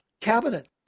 cabinet